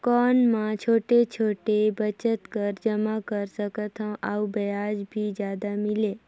कौन मै छोटे छोटे बचत कर जमा कर सकथव अउ ब्याज भी जादा मिले?